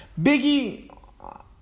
Biggie